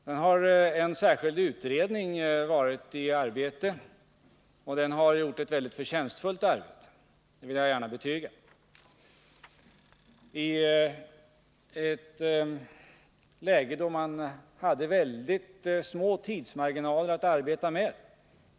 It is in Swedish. Sedan har en särskild utredning arbetat och gjort ett mycket förtjänstfullt arbete — det vill jag gärna betyga — i ett läge då man hade mycket små Nr 41 tidsmarginaler att arbeta med.